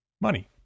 money